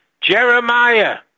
Jeremiah